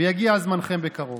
ויגיע זמנכם בקרוב.